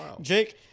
Jake